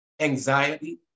anxiety